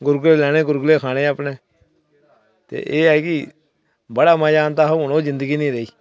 गुर्गले लैने ते खाने अपने ते एह् कि बड़ा मजा औंदा हा ते हून ओह् जिंदगी निं रेही